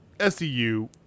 SEU